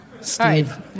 Steve